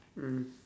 mm